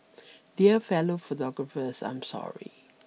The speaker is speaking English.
dear fellow photographers I'm sorry